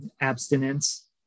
abstinence